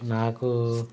నాకు